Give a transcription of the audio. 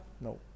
no